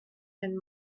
and